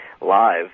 live